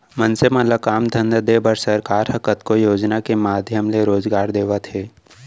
मनसे मन ल काम धंधा देय बर सरकार ह कतको योजना के माधियम ले रोजगार देवत हे